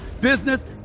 business